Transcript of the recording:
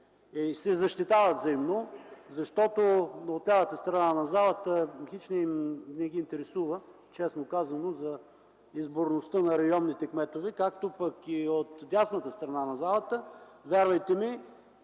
Защитават се взаимно. Защото от лявата страна на залата хич не ги интересува, честно казано, за изборността на районните кметове, както и от дясната страна на залата, вярвайте ми,